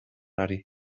hari